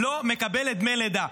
לא מקבלת דמי לידה.